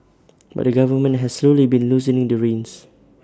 but the government has slowly been loosening the reins